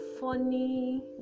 funny